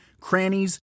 crannies